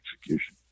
execution